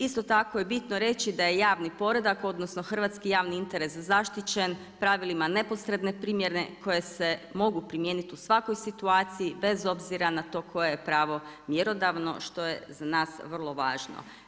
Isto tako je bitno reći da je javni poredak, odnosno hrvatski javni interes zaštićen pravilima neposredne primjene koje se mogu primijeniti u svakoj situaciji bez obzira na to koje je pravo mjerodavno što je za nas vrlo važno.